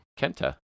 Kenta